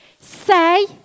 say